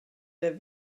der